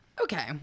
Okay